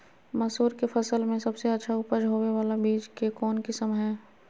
मसूर के फसल में सबसे अच्छा उपज होबे बाला बीज के कौन किस्म हय?